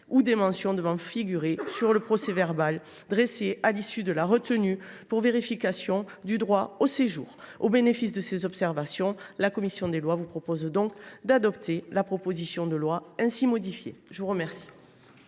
ou des mentions devant figurer sur le procès verbal dressé à l’issue de la retenue pour vérification du droit au séjour. Sous le bénéfice de ces observations, mes chers collègues, la commission des lois vous propose d’adopter la proposition de loi ainsi modifiée. La parole